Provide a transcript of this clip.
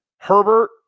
Herbert